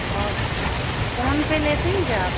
और फ़ोनपे लेते हैं क्या आप